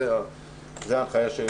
זו ההנחיה.